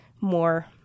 more